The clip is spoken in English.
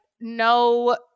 no